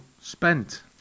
spent